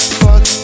fuck